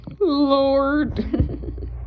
Lord